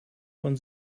von